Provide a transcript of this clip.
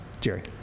Jerry